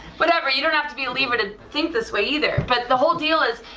whatever. you don't have to be a libra to think this way either, but the whole deal is,